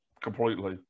completely